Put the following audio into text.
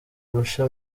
arusha